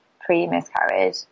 pre-miscarriage